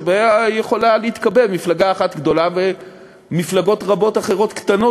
שבה יכולה להתקבל מפלגה אחת גדולה ומפלגות רבות אחרות קטנות